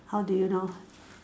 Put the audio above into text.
how do you know